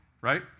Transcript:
right